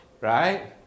Right